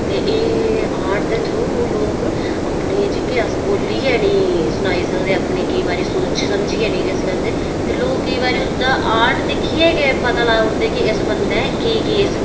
ते एह् आर्ट दे थ्रू लोग अपने जेह्के अस बोल्लियै निं सुनाई सकदे केईं बारी सोची समझियै निं जिसलै ते कोई बारी लोग उस दा आर्ट लाइयै गै पता लाई ओड़दे कि इक बंदे केह् केह्